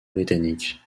britannique